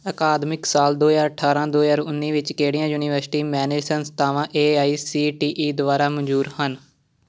ਅਕਾਦਮਿਕ ਸਾਲ ਦੋ ਹਜ਼ਾਰ ਅਠਾਰ੍ਹਾਂ ਦੋ ਹਜ਼ਾਰ ਉੱਨੀ ਵਿੱਚ ਕਿਹੜੀਆਂ ਯੂਨੀਵਰੀਸਟੀ ਮੈਨੇਜਡ ਸੰਸਥਾਵਾਂ A I C T E ਦੁਆਰਾ ਮਨਜ਼ੂਰ ਹਨ